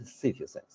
citizens